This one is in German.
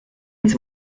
ins